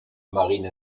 marine